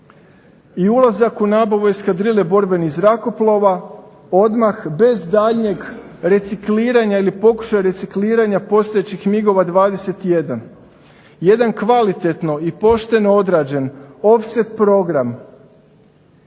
i ulazak u eskadrile borbenih zrakoplova odmah bez daljnjeg recikliranja ili pokušaja recikliranja postojećih MIG-ova 21. Jedan kvalitetno i pošteno odrađen offset program